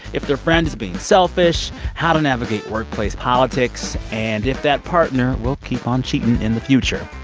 if their friend is being selfish, how to navigate workplace politics and if that partner will keep on cheating in the future.